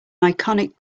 iconic